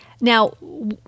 now